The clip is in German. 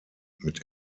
mit